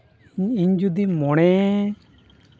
ᱤᱧ ᱤᱧ ᱡᱩᱫᱤ ᱢᱚᱬᱮ